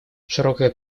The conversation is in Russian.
широкое